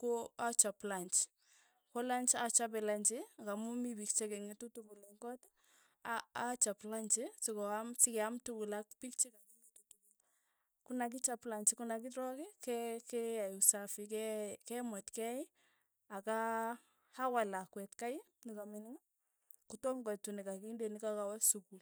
ko achap lanch, ko lanch achape lanchi ng'amu mii piik che keng'etu tukul eng' koot, a- achap lanchi skoaam sikeaam tukul ak piik chikaking'etu tukul, konakichop lanchi, konakirook, ke- keyai usafi, ke kemwet kei, aka awal lakwet kei, nikamining, kotom koit nikakinde nekakawa sukul.